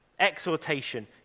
Exhortation